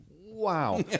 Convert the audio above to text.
wow